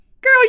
girl